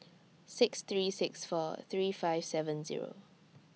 six three six four three five seven Zero